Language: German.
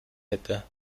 hätte